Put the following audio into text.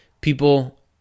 people